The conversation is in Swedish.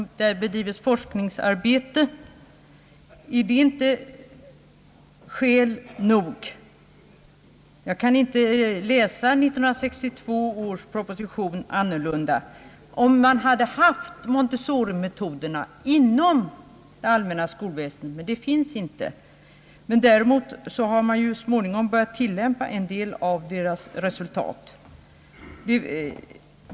Är inte det skäl nog? Jag kan inte läsa 1962 års proposition annorlunda. Om man hade tillämpat Montessorimetoden inom det allmänna skolväsendet, hade det varit en annan sak, men det sker inte. Däremot har man så småningom börjat använda en del av de uppnådda resultaten.